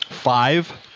five